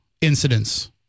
incidents